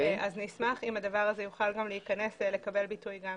נשמח אם הדבר הזה יוכל גם להיכנס ולקבל ביטוי גם